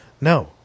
No